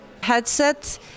headset